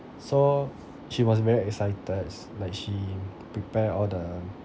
so she was very excited s~ like she prepare all the